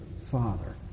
father